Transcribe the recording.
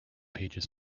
pages